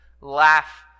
laugh